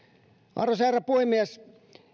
arvoisa herra puhemies